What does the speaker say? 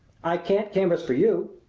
i can't canvass for you.